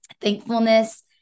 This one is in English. thankfulness